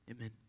Amen